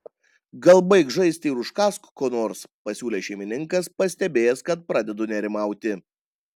gal baik žaisti ir užkąsk ko nors pasiūlė šeimininkas pastebėjęs kad pradedu nerimauti